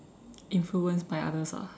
influence by others ah